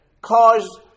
cause